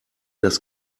das